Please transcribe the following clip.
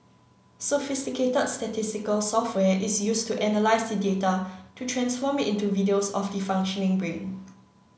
sophisticated statistical software is used to analyse the data to transform it into videos of the functioning brain